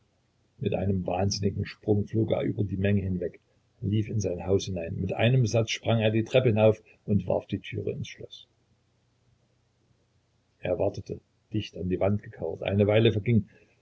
mit einem wahnsinnigen sprung flog er über die menge hinweg lief in sein haus hinein mit einem satz sprang er die treppe hinauf und warf die türe ins schloß er wartete dicht an die wand gekauert eine weile verging